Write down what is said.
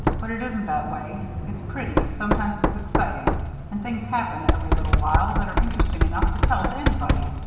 but it isn't that way. it's pretty, and sometimes it's exciting and things happen every little while that are interesting enough to tell to anybody,